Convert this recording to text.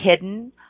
hidden